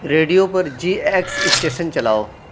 radio پر G X station چلاؤ